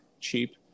cheap